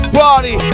party